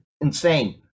Insane